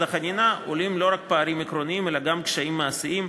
החנינה עולים לא רק פערים עקרוניים אלא גם קשיים מעשיים: